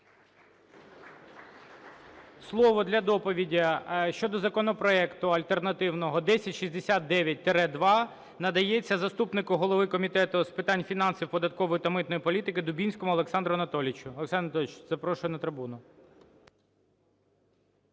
Слово для доповіді щодо законопроекту альтернативного (1069-2) надається заступнику голови Комітету з питань фінансів, податкової та митної політики Дубінському Олександру Анатолійовичу. Олександр Анатолійович, запрошую на трибуну.